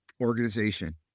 organization